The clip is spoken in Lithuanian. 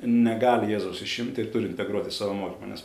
negali jėzaus išimti ir turi integruot į savo mokymą nes